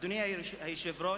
אדוני היושב-ראש,